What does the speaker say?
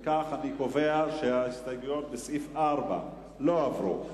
אם כך, אני קובע שההסתייגות בסעיף 4 לא עברה.